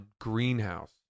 greenhouse